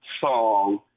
song